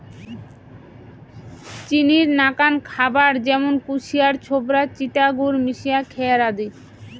চিনির নাকান খাবার য্যামুন কুশিয়ার ছোবড়া, চিটা গুড় মিশিয়া খ্যার আদি